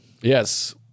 Yes